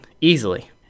easily